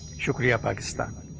shukriya pakistan